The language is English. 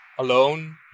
alone